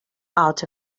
out